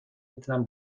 میتونم